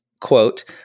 quote